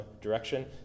direction